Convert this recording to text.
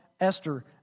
Esther